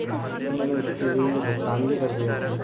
हाँ सर मैंने उस के लिए भुगतान भी कर दिया था